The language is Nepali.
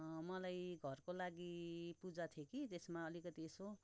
मलाई घरको लागि पूजा थियो कि त्यसमा अलिकति यसो